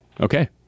Okay